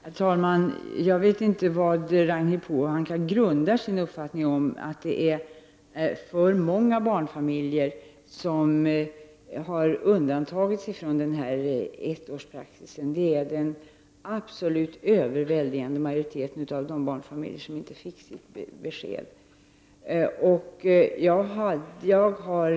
Herr talman! Jag vet inte vad Ragnhild Pohanka grundar sin uppfattning på att för många barnfamiljer har undantagits från ettårspraxisen och att den absolut övervägande majoriteten av barnfamiljer inte har fått besked om att de får stanna.